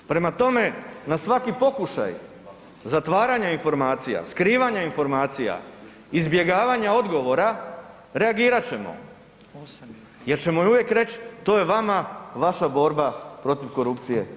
Prema tome, na svaki pokušaj zatvaranja informacija, skrivanja informacija, izbjegavanja odgovora, reagirat ćemo jer ćemo uvijek reći, to je vama vaša borba protiv korupcije dala.